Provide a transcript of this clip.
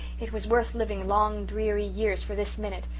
it was worth living long dreary years for this minute,